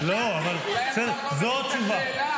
אולי השר לא מבין את השאלה.